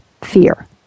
fear